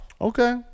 Okay